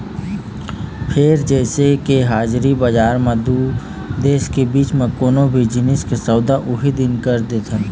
फेर जइसे के हाजिर बजार म दू देश के बीच म कोनो भी जिनिस के सौदा उहीं दिन कर देथन